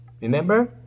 Remember